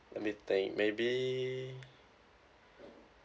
let me think maybe